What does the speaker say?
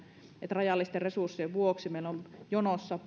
rajallisten resurssien vuoksi meillä on jonossa